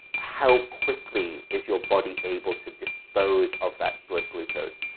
how quickly is your body able to dispose of that blood glucose.